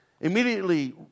immediately